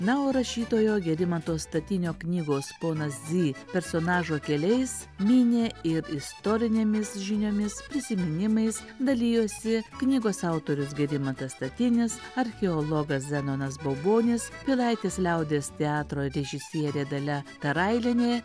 na o rašytojo gerimanto statinio knygos ponas zy personažo keliais mynė ir istorinėmis žiniomis prisiminimais dalijosi knygos autorius gerimantas statinis archeologas zenonas baubonis pilaitės liaudies teatro režisierė dalia tarailienė